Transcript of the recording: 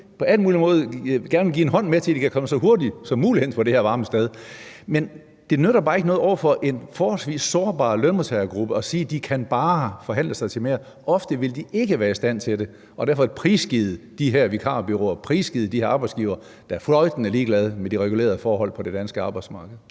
på alle mulige måder gerne give en hånd med til, at de kan komme så hurtigt som muligt hen til det her varme sted. Men det nytter bare ikke noget over for en forholdsvis sårbar lønmodtagergruppe at sige, at de bare kan forhandle sig til mere. Ofte vil de ikke være i stand til det, og derfor er de prisgivet de her vikarbureauer og prisgivet de her arbejdsgivere, der er fløjtende ligeglade med de regulerede forhold på det danske arbejdsmarked.